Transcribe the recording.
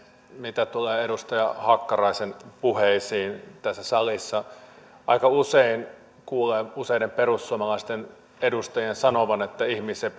mitä tulee edustaja hakkaraisen puheisiin tässä salissa aika usein kuulee useiden perussuomalaisten edustajien sanovan että ihmisiä